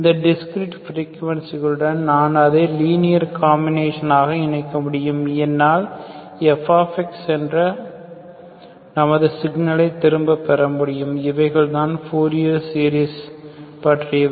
இந்த டிஸ்கிரீட் பிரிகுவன்சிகளுடன் நான் அதை லீனியர் காம்பினேஷன் ஆக இணைக்க முடியும் என்னால் f என்ற நமது சிக்னலை திரும்ப பெற முடியும் இவைகள்தான் பூரியஸ் சீரிஸ் பற்றியவை